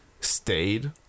stayed